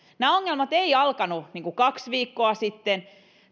nämä ongelmat eivät alkaneet kaksi viikkoa sitten